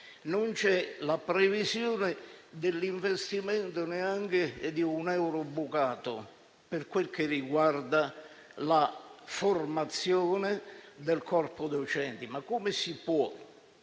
Non c'è la previsione dell'investimento neanche di un euro bucato per quel che riguarda la formazione del corpo docenti. Come si può